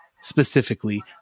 specifically